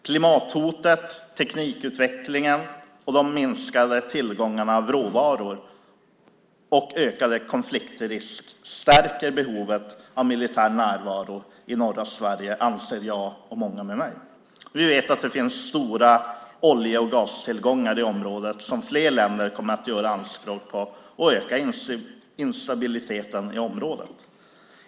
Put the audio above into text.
Klimathotet, teknikutvecklingen, de minskade tillgångarna av råvaror och ökad konfliktrisk stärker behovet av militär närvaro i norra Sverige, anser jag och många med mig. Vi vet att det finns stora olje och gastillgångar i området som fler länder kommer att göra anspråk på och öka instabiliteten i området.